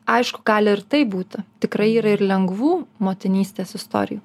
aišku gali ir taip būti tikrai yra ir lengvų motinystės istorijų